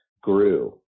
grew